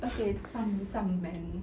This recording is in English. okay some some men